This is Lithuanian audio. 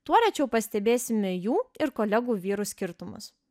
tuo rečiau pastebėsime jų ir kolegų vyrų skirtumus